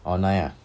online ah